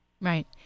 right